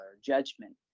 judgment